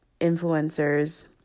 influencers